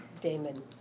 Damon